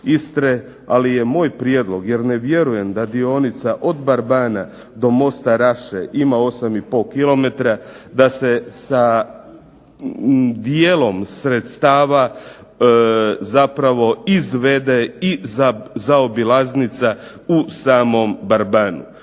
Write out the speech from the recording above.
Ali je moj prijedlog jer ne vjerujem da dionica od Barbana do mosta Raše ima 8,5 km, da se sa dijelom sredstava zapravo izvde i zaobilaznica u samom Barbanu.